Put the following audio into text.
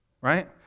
Right